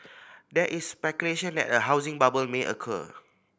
there is speculation that a housing bubble may occur